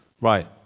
Right